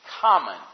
common